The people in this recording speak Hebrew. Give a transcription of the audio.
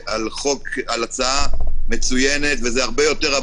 אני רוצה להודות למיה, המתמחה שמסיימת עוד מעט